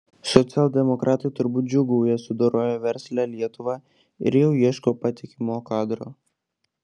socialdemokratai turbūt džiūgauja sudoroję verslią lietuvą ir jau ieško patikimo kadro